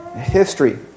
history